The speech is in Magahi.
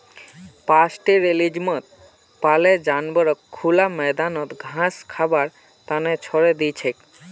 पास्टोरैलिज्मत पाले जानवरक खुला मैदानत घास खबार त न छोरे दी छेक